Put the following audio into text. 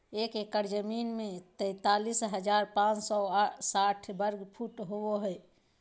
एक एकड़ जमीन में तैंतालीस हजार पांच सौ साठ वर्ग फुट होबो हइ